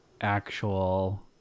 actual